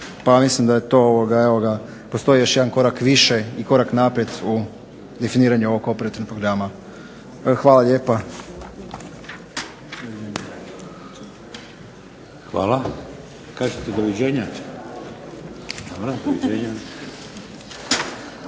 Pa mislim da je to, evo ga, postoji još jedan korak više i korak naprijed u definiranju ovog operativnog programa. Hvala lijepa. **Šeks, Vladimir (HDZ)** Hvala.